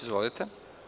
Izvolite.